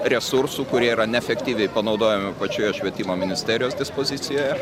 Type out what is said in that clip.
resursų kurie yra neefektyviai panaudojami pačioje švietimo ministerijos dispozicijoje